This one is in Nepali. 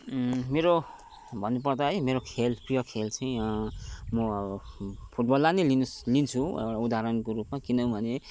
मेरो भन्नुपर्दा है मेरो खेल प्रिय खेल चाहिँ म अब फुटबललाई नै लिन्छु उदाहरणको रूपमा किनभने